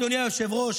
אדוני היושב-ראש,